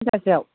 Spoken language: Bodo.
तिनथा सोयाव